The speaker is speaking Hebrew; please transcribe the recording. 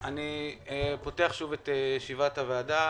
אני פותח שוב את ישיבת הוועדה,